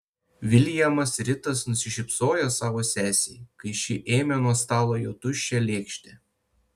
viljamas ritas nusišypsojo savo sesei kai ši ėmė nuo stalo jo tuščią lėkštę